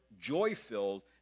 joy-filled